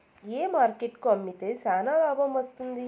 ఏ market కు అమ్మితే చానా లాభం వస్తుంది?